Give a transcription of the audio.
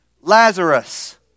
Lazarus